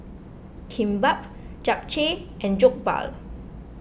Kimbap Japchae and Jokbal